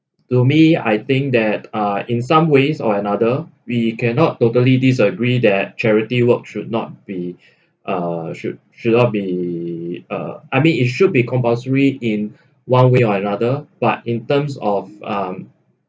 to me I think that uh in some ways or another we cannot totally disagree that charity work should not be uh should should not be uh I mean it should be compulsory in one way or another but in terms of um